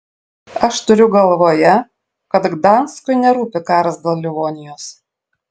aš turiu galvoje kad gdanskui nerūpi karas dėl livonijos